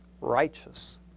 righteous